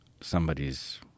somebody's